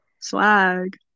Swag